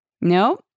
No